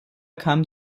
kamen